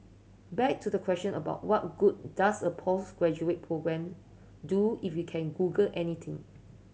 back to the question about what good does a postgraduate programme do if you can Google anything